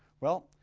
well,